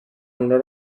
honor